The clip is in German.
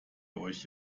euch